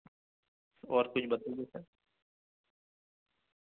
اور کچھ بتاٮٔیے سر